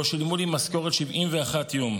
לא שילמו לי משכורת 71 יום.